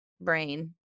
brain